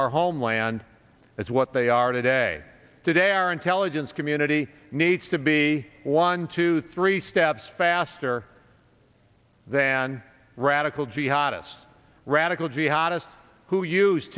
our homeland as what they are today today our intelligence community needs to be one two three steps faster than radical jihadists radical jihadists who use